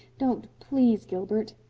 don't please, gilbert.